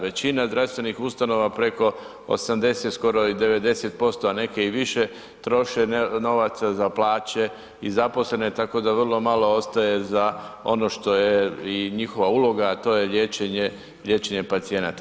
Većina zdravstvenih ustanova preko 80, skoro i 90%, a neke i više troše novaca za plaće i zaposlene, tako da vrlo malo ostaje za ono što je i njihova uloga, a to je liječenje pacijenata.